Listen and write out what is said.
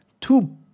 two